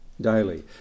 daily